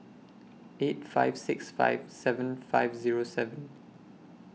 eight five six five seven five Zero seven